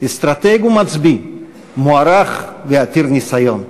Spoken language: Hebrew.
אסטרטג ומצביא מוערך ועתיר ניסיון,